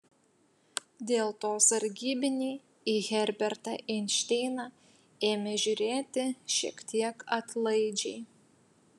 dėl to sargybiniai į herbertą einšteiną ėmė žiūrėti šiek tiek atlaidžiai